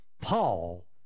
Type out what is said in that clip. Paul